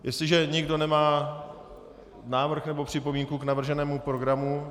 Jestliže nikdo nemá návrh nebo připomínku k navrženému programu...